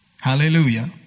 Hallelujah